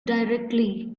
directly